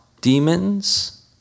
demons